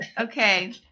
Okay